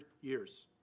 years